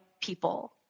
people